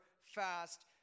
fast